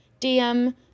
DM